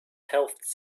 health